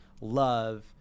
love